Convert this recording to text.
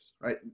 right